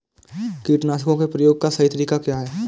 कीटनाशकों के प्रयोग का सही तरीका क्या है?